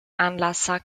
anlasser